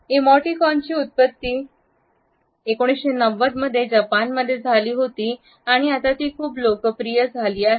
इमोटिकॉनची उत्पत्ती 1990 मध्ये जपानमध्ये झाली होती आणि आता ती खूप लोकप्रिय झाली आहेत